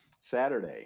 Saturday